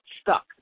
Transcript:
stuck